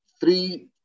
three